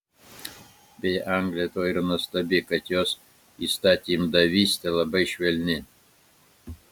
beje anglija tuo ir nuostabi kad jos įstatymdavystė labai švelni